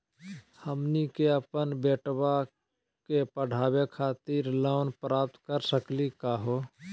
हमनी के अपन बेटवा क पढावे खातिर लोन प्राप्त कर सकली का हो?